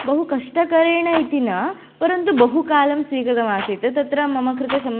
बहु कष्टकरेण इति न परन्तु बहुकालं स्वीकृतमासीत् तत्र मम कृते